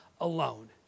alone